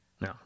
No